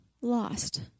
lost